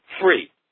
free